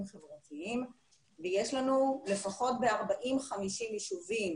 חברתיים ויש לנו לפחות ב-50-40 יישובים